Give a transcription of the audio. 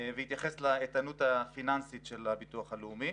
והתייחס לאיתנות הפיננסית של הביטוח הלאומי.